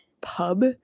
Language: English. pub